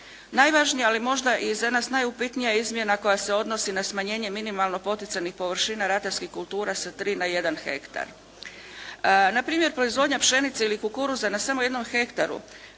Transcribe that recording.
Najvažnije, ali možda i za nas najupitnija izmjena koja se odnosi na smanjenje minimalno poticajnih površina ratarskih kultura sa 3 na 1 hektar. Npr. proizvodnja pšenice ili kukuruza na samo jednom hektaru